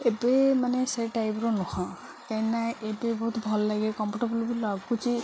ଏବେ ମାନେ ସେ ଟାଇପ୍ର ନୁହଁ କାହିଁକିନା ଏବେ ବହୁତ ଭଲ ଲାଗେ କମ୍ଫଟେବୁଲ୍ ବି ଲାଗୁଛି